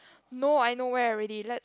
no I know where already let's